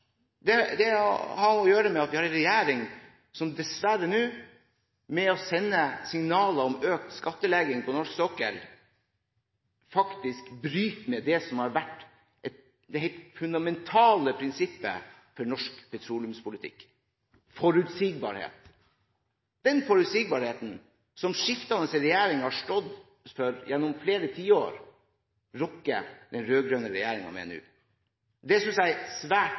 har å gjøre med at vi har en regjering som ved å sende signaler om økt skattlegging på norsk sokkel faktisk bryter med det som har vært det helt fundamentale prinsippet for norsk petroleumspolitikk, nemlig forutsigbarhet. Den forutsigbarheten som skiftende regjeringer har stått for gjennom flere tiår, rokker den rød-grønne regjeringen ved nå. Det synes jeg er svært